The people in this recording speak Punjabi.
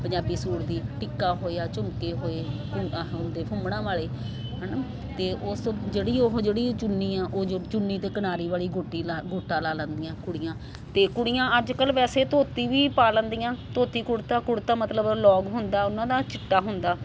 ਪੰਜਾਬੀ ਸੂਟ ਦੀ ਟਿੱਕਾ ਹੋਇਆ ਝੁਮਕੇ ਹੋਏ ਆਹ ਹੁੰਦੇ ਫੁੰਮਣਾਂ ਵਾਲੇ ਹੈ ਨਾ ਅਤੇ ਉਸ ਜਿਹੜੀ ਉਹ ਜਿਹੜੀ ਚੁੰਨੀ ਆ ਉਹ ਚੁੰਨੀ 'ਤੇ ਕਿਨਾਰੀ ਵਾਲੀ ਗੋਟੀ ਲਾ ਗੋਟਾ ਲੈਂਦੀਆਂ ਕੁੜੀਆਂ ਅਤੇ ਕੁੜੀਆਂ ਅੱਜ ਕੱਲ੍ਹ ਵੈਸੇ ਧੋਤੀ ਵੀ ਪਾ ਲੈਂਦੀਆਂ ਧੋਤੀ ਕੁੜਤਾ ਕੁੜਤਾ ਮਤਲਬ ਲੋਂਗ ਹੁੰਦਾ ਉਹਨਾਂ ਦਾ ਚਿੱਟਾ ਹੁੰਦਾ